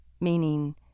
meaning